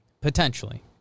Potentially